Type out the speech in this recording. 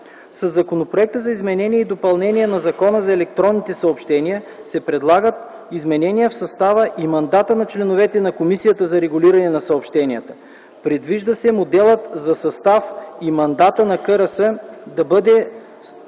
Със законопроекта за изменение и допълнение на Закона за електронните съобщения се предлагат изменения в състава и мандата на членовете на Комисията за регулиране на съобщенията. Предвижда се моделът за състава и мандата на КРС да бъде